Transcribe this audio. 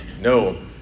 no